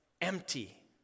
empty